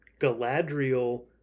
Galadriel